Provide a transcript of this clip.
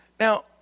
Now